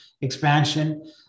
expansion